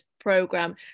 program